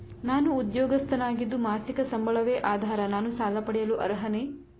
ನಾನು ಉದ್ಯೋಗಸ್ಥನಾಗಿದ್ದು ಮಾಸಿಕ ಸಂಬಳವೇ ಆಧಾರ ನಾನು ಸಾಲ ಪಡೆಯಲು ಅರ್ಹನೇ?